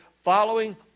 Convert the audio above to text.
Following